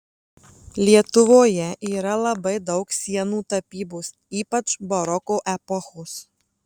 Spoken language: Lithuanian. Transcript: lietuvoje yra labai daug sienų tapybos ypač baroko epochos